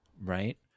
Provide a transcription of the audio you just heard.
Right